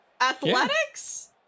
athletics